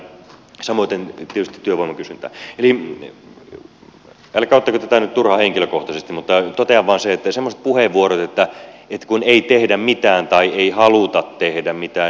eli älkää ottako tätä nyt turhan henkilökohtaisesti mutta totean vain sen että semmoiset puheenvuorot että kun ei tehdä mitään tai ei haluta tehdä mitään eivät oikein rakenna